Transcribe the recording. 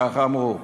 ככה אמרו.